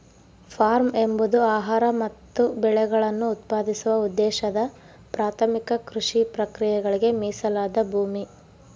form ಎಂಬುದು ಆಹಾರ ಮತ್ತು ಬೆಳೆಗಳನ್ನು ಉತ್ಪಾದಿಸುವ ಉದ್ದೇಶದ ಪ್ರಾಥಮಿಕ ಕೃಷಿ ಪ್ರಕ್ರಿಯೆಗಳಿಗೆ ಮೀಸಲಾದ ಭೂಮಿ